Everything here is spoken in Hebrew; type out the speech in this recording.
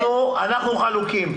אנחנו חלוקים.